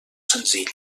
senzilla